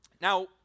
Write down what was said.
Now